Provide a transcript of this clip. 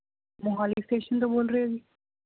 Mohali station ਤੋਂ ਬੋਲ ਰਹੇ ਹੋ ਜੀ